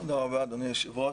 תודה רבה, אדוני היושב-ראש.